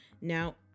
now